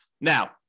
Now